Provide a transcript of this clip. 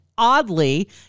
oddly